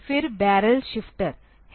फिर barrel shifter है